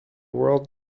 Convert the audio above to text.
world